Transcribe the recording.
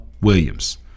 Williams